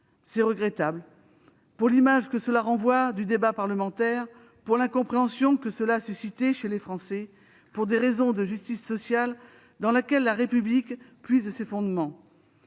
C'est regrettable pour l'image que cela renvoie du débat parlementaire, pour l'incompréhension que cela a suscité chez les Français, pour des raisons de justice sociale, dans laquelle la République puise ses fondements.